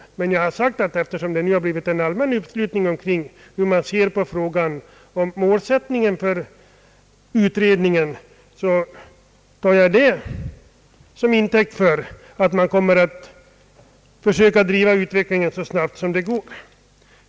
Däremot har jag sagt, att eftersom det har blivit en allmän uppslutning kring målsättningen för KSA utredningen, tar jag det till intäkt för att man kommer att försöka driva utredningen så snabbt som möjligt.